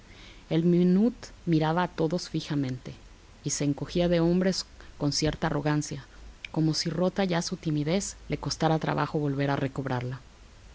el menut miraba a todos fijamente y se encogía de hombros con cierta arrogancia como si rota ya su timidez le costara trabajo volver a recobrarla